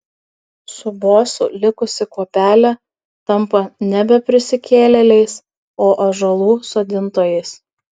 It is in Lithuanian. su bosu likusi kuopelė tampa nebe prisikėlėliais o ąžuolų sodintojais